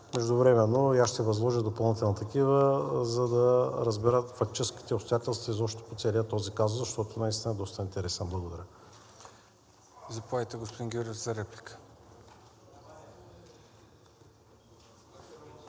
Междувременно и аз ще възложа допълнителни такива, за да се разберат фактическите обстоятелства изобщо по целия този казус, защото наистина е доста интересен. Благодаря.